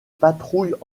patrouilles